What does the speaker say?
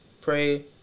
pray